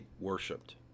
worshipped